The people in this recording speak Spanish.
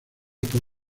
por